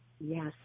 Yes